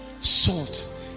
salt